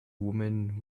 woman